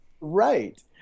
Right